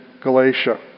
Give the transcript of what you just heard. Galatia